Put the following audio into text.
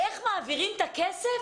איך מעבירים את הכסף?